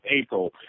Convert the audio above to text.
April